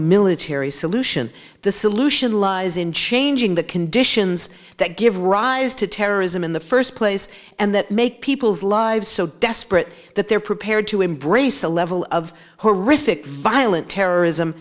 military solution the solution lies in changing the conditions that give rise to terrorism in the first place and that make people's lives so desperate that they're prepared to embrace a level of horrific violent terrorism